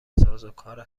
سازوکار